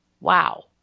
wow